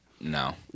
No